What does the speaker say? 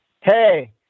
hey